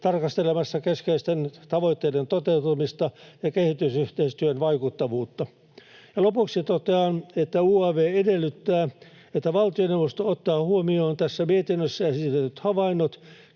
tarkastelemassa keskeisten tavoitteiden toteutumista ja kehitysyhteistyön vaikuttavuutta. Lopuksi totean, että UaV edellyttää, että valtioneuvosto ottaa huomioon tässä mietinnössä esitetyt havainnot